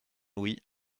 louis